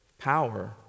power